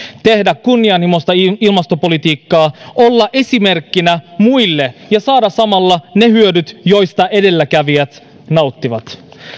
tehdä kunnianhimoista ilmastopolitiikkaa olla esimerkkinä muille ja saada samalla ne hyödyt joista edelläkävijät nauttivat